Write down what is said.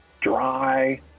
dry